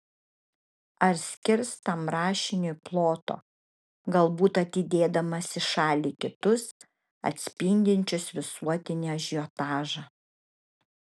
ar skirs tam rašiniui ploto galbūt atidėdamas į šalį kitus atspindinčius visuotinį ažiotažą